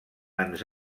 ens